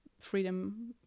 freedom